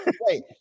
Wait